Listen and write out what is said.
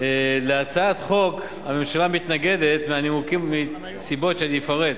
להצעת החוק הממשלה מתנגדת מנימוקים וסיבות שאני אפרט: